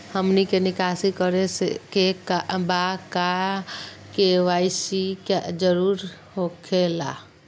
हमनी के निकासी करे के बा क्या के.वाई.सी जरूरी हो खेला?